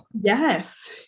Yes